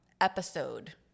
episode